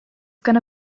gonna